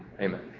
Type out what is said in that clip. Amen